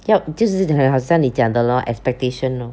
yup 就是你好像你讲的 lor expectation lor